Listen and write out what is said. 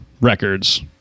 records